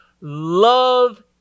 Love